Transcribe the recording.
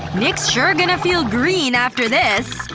nick's sure gonna feel green after this.